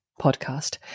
podcast